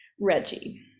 Reggie